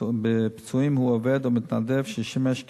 בפצועים הוא עובד או מתנדב ששימש ככונן,